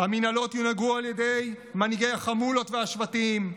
המינהלות יונהגו על ידי מנהיגי החמולות והשבטים,